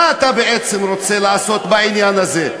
מה אתה בעצם רוצה לעשות בעניין הזה?